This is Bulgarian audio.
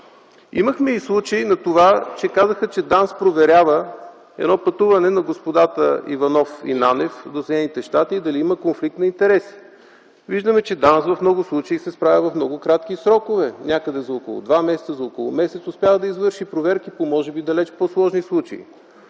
Имахме и случай на това, че казаха, че ДАНС проверява едно пътуване на господата Иванов и Нанев в Съединените щати дали има конфликт на интереси. Виждаме, че ДАНС в много случаи се справя в много кратки срокове. Някъде за около два месец, за около месец успява да извърши проверки по може би далече по-сложни случаи.